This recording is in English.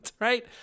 right